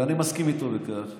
ואני מסכים איתו בכך,